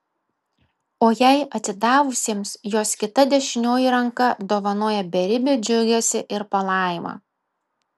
o jai atsidavusiems jos kita dešinioji ranka dovanoja beribį džiugesį ir palaimą